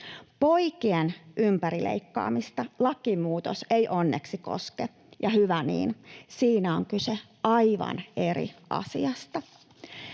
Poikien ympärileikkaamista lakimuutos ei onneksi koske, ja hyvä niin. Siinä on kyse aivan eri asiasta.